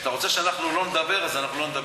כשאתה רוצה שאנחנו לא נדבר אז אנחנו לא נדבר.